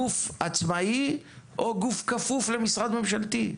גוף עצמאי או גוף כפוף למשרד ממשלתי?